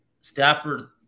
Stafford